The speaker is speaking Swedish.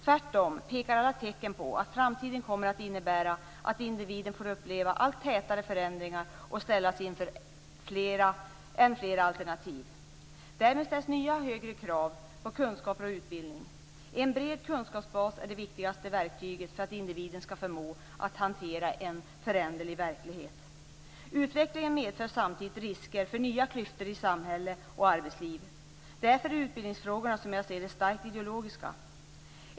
Tvärtom pekar alla tecken på att framtiden kommer att innebära att individen får uppleva allt tätare förändringar och att individen kommer att ställas inför än fler alternativ. Därmed ställs nya och högre krav på kunskaper och utbildning. En bred kunskapsbas är det viktigaste verktyget för att individen skall förmå att hantera en föränderlig verklighet. Utvecklingen medför samtidigt risker för nya klyftor i samhälle och arbetsliv. Därför är utbildningsfrågorna, som jag ser det, starkt ideologiska.